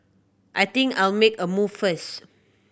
I think I'll make a move first